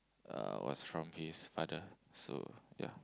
uh was from his father so ya